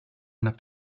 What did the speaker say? enough